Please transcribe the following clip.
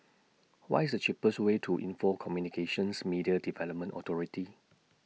What IS The cheapest Way to Info Communications Media Development Authority